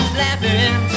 laughing